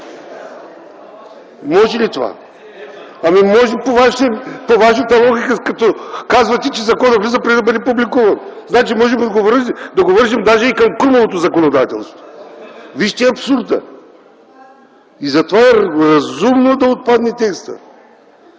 Може ли това? Ами може, по вашата логика, след като казвате, че законът влиза преди да бъде публикуван. Значи можем да го вържем даже към Крумовото законодателство. Вижте абсурда! Затова е разумно да отпадне текстът.